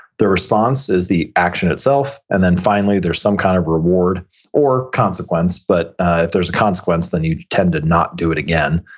the response is the action itself. and then finally there's some kind of reward or consequence, but if there's a consequence, then you tend to not do it again.